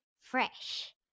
fresh